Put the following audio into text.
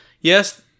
yes